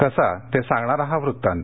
कसा ते सांगणारा हा वृत्तांत